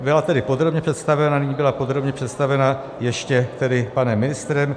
Byla tedy podrobně představena a nyní byla podrobně představena ještě tedy panem ministrem.